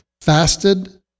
fasted